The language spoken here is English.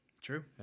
True